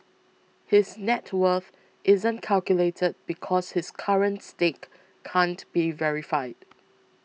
his net worth isn't calculated because his current stake can't be verified